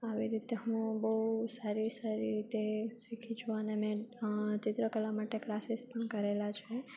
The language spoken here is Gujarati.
આવી રીતે હું બહુ સારી સારી રીતે શીખી છું અને મેં ચિત્રકલા માટે ક્લાસીસ પણ કરેલા છે